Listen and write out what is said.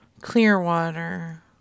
Clearwater